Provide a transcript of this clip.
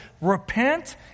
repent